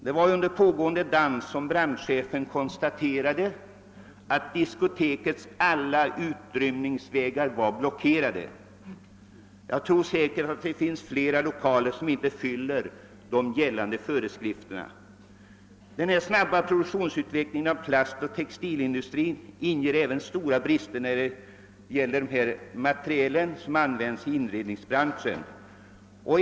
Det var under pågående dans som brandcehefen konstaterade att diskotekets alla utrymningsvägar var blockerade. Jag tror säkert att det finns fler lokaler som inte fyller gällande föreskrifter. Den snabba produktutvecklingen inom plastoch textilindustrin av det material som används i inredningar medför stora risker.